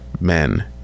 men